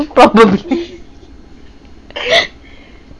probably